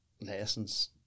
lessons